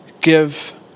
give